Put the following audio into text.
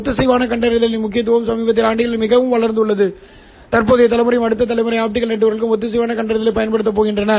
ஒத்திசைவான கண்டறிதலின் முக்கியத்துவம் சமீபத்திய ஆண்டுகளில் மிகவும் வளர்ந்துள்ளது தற்போதைய தலைமுறையும் அடுத்த தலைமுறை ஆப்டிகல் நெட்வொர்க்குகளும் ஒத்திசைவான கண்டறிதலைப் பயன்படுத்துகின்றன